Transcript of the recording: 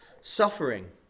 suffering